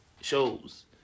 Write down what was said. shows